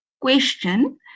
question